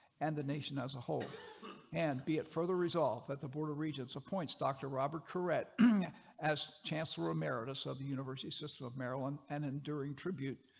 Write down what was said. and the nation as a whole and be it further resolved that the board of regents of points doctor robert rouet as chancellor emeritus of the university. system of maryland. and and during tribute